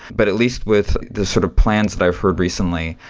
but at least with the sort of plans that i've heard recently,